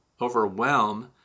overwhelm